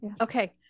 Okay